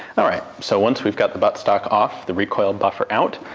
alright, so once we've got the buttstock off, the recoil buffer out,